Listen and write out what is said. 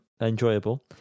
enjoyable